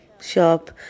shop